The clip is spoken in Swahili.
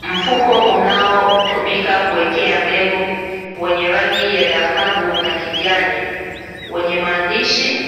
Mfuko unaotumika kuwekea mbegu, wenye rangi ya dhahabu na kijani, wenye maandishi